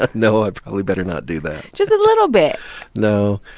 ah no, i probably better not do that just a little bit no,